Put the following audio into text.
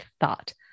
thought